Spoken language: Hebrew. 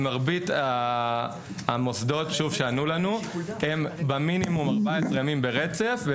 אז מרבית המוסדות שענו לנו הם במינימום 14 ימים ברצף,